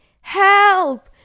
Help